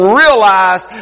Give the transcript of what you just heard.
realize